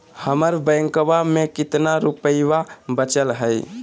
हमर बैंकवा में कितना रूपयवा बचल हई?